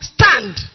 stand